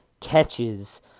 catches